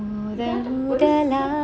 ahhhh